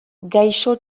gaixo